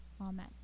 Amen